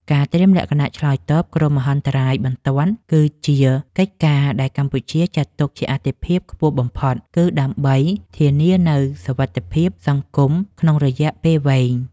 ការត្រៀមលក្ខណៈឆ្លើយតបគ្រោះមហន្តរាយបន្ទាន់ គឺជាកិច្ចការដែលកម្ពុជាចាត់ទុកជាអាទិភាពខ្ពស់បំផុត គឺដើម្បីធានានូវសុវត្ថិភាពសង្គមក្នុងរយៈពេលវែង។